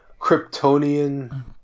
Kryptonian